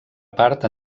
part